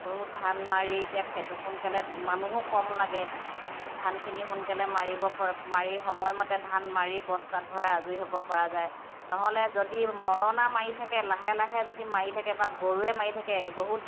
বহুত ধান মাৰি এতিয়া খেত সোনকালে মানুহো কম লাগে ধানখিনি সোনকালে মাৰিব পৰা মাৰি সময়মতে ধান মাৰি বস্তাত ভৰাই আজৰি হ'ব পৰা যায় নহ'লে যদি মৰণা মাৰি থাকে লাহে লাহে যদি মাৰি থাকে বা গৰুৱে মাৰি থাকে বহুত